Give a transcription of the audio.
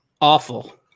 awful